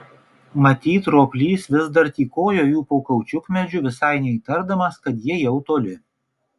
matyt roplys vis dar tykojo jų po kaučiukmedžiu visai neįtardamas kad jie jau toli